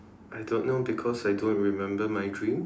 I don't know because I don't remember my dreams